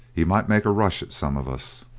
he might make a rush at some of us.